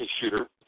shooter